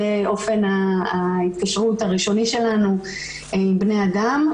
זה אופן ההתקשרות הראשוני שלנו עם בני האדם.